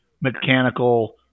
mechanical